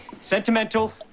sentimental